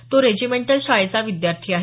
तो रेजिमेंटल शाळेचा विद्यार्थी आहे